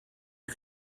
you